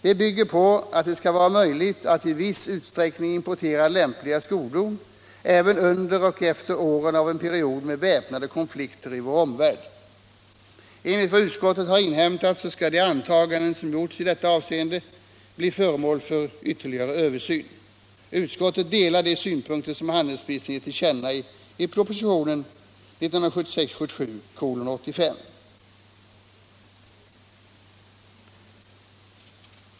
De bygger på att det skall vara möjligt att i viss utsträckning importera lämpliga skodon även under och åren efter en period med väpnade konflikter i vår omvärld. Enligt vad utskottet har inhämtat skall de antaganden som gjorts i detta avseende bli föremål för ytterligare översyn. Utskottet delar de synpunkter som handelsministern ger till känna i propositionen 1976/77:85.